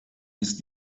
ist